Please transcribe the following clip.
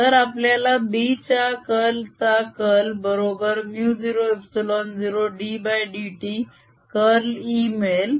तर आपल्याला B च्या कर्ल चा कर्ल बरोबर μ0ε0ddt कर्ल E मिळेल